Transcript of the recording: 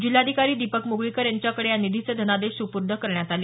जिल्हाधिकारी दिपक म्गळीकर यांच्याकडे या निधीचे धनादेश सुपूर्द करण्यात आले